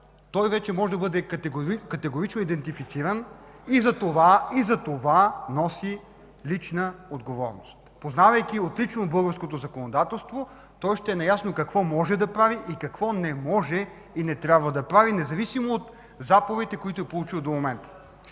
той вече може да бъде категорично идентифициран и за това ще носи лична отговорност. Познавайки отлично българското законодателство, той ще е наясно какво може да прави и какво не може и не трябва да прави, независимо от заповедите, които е получил до момента.